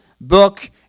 book